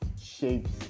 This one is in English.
shapes